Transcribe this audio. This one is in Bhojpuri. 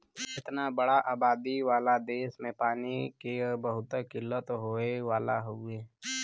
इतना बड़ा आबादी वाला देस में पानी क बहुत किल्लत होए वाला हउवे